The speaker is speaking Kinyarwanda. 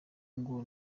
ngo